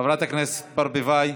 חברת הכנסת ברביבאי,